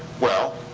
well,